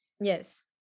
yes